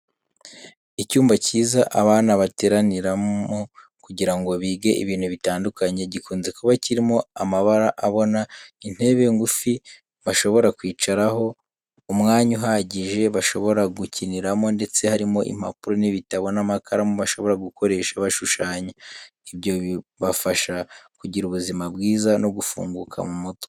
Icyumba cyiza abana bateraniramo kugira ngo bige ibintu bidatandukanye, gikunze kuba kirimo amabara abona, intebe ngufi bashobora kwicaraho, umwanya uhagije bashobora gukiniramo ndetse harimo impapuro n'ibitabo n'amakaramu bashobora gukoresha bashushanya. Ibyo bibafasha kugira ubuzima bwiza no gufunguka mu mutwe.